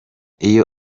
iyo